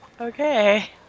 Okay